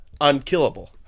unkillable